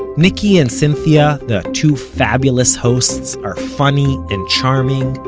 nicky and cynthia, the two fabulous hosts, are funny and charming,